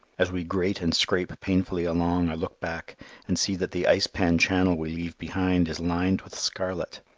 as we grate and scrape painfully along i look back and see that the ice-pan channel we leave behind is lined with scarlet.